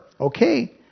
Okay